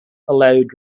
allowed